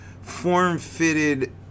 form-fitted